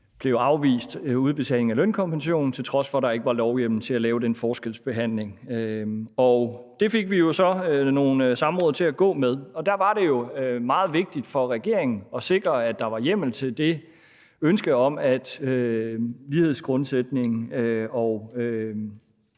blev afvist udbetaling af lønkompensation, til trods for at der ikke var lovhjemmel til at lave den forskelsbehandling. Det fik vi så nogle samråd til at gå med, og der var det jo meget vigtigt for regeringen at sikre, at der var hjemmel til det ønske om, at lighedsgrundsætningen og